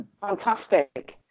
Fantastic